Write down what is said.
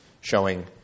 showing